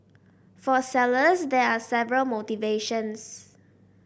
for sellers there are several motivations